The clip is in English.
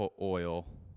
oil